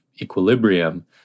equilibrium